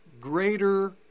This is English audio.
greater